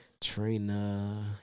Trina